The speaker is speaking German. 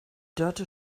dörte